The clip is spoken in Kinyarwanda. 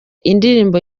indirimbo